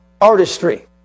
artistry